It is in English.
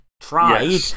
tried